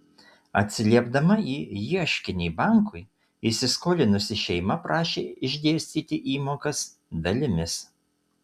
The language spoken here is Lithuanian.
atsiliepdama į ieškinį bankui įsiskolinusi šeima prašė išdėstyti įmokas dalimis